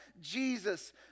Jesus